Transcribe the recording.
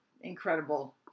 incredible